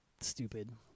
stupid